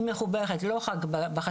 היא מחוברת לא רק בחשמל,